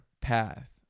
path